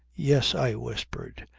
yes, i whispered.